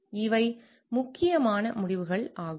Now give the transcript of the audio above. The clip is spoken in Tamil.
இவை முக்கியமான முடிவுகள் ஆகும்